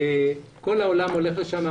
כל העולם הולך לשם.